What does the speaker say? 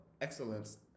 excellence